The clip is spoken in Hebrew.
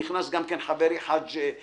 נכנס כרגע חברי חאג' יחיא,